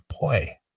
Boy